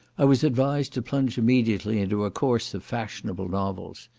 i was advised to plunge immediately into a course of fashionable novels.